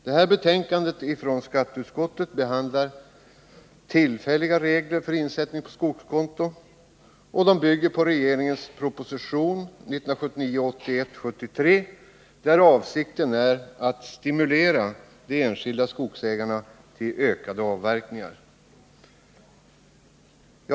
Det här betänkandet från skatteutskottet behandlar tillfälliga regler för insättning på skogskonto. Det bygger på regeringens proposition 1979/ 80:173, med vilken avsikten är att stimulera de enskilda skogsägarna till ökade avverkningar.